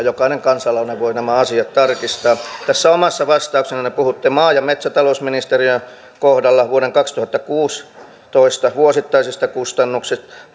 jokainen kansalainen voi nämä asiat tarkistaa tässä omassa vastauksessanne puhutte maa ja metsätalousministeriön kohdalla vuoden kaksituhattakuusitoista vuosittaisista